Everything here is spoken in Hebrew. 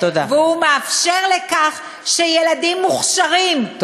והוא מאפשר שילדים מוכשרים וחכמים,